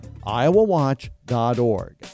iowawatch.org